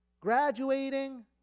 graduating